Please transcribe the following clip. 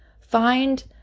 find